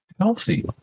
healthy